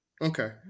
Okay